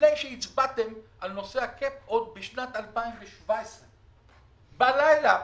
לפני שהצבעתם על נושא ה-cap עוד בשנת 2017. בלילה,